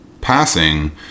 passing